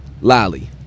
Lolly